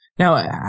Now